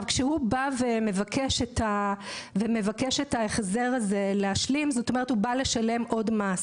כשהוא בא ומבקש להשלים את ההחזר הזה הוא בא לשלם עוד מס,